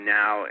now